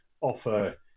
offer